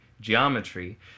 geometry